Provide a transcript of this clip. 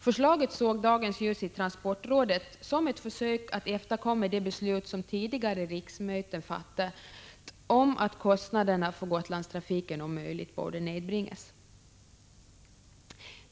Förslaget såg dagens ljus i transportrådet, som lade fram det i ett försök att efterkomma det beslut som tidigare riksmöten fattat om att kostnaderna för Gotlandstrafiken om möjligt skulle nedbringas.